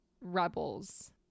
rebels